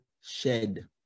shed